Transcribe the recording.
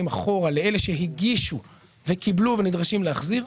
אחורה לאלה שהגישו וקיבלו ונדרשים להחזיר,